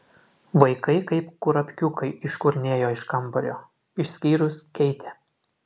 vaikai kaip kurapkiukai iškurnėjo iš kambario išskyrus keitę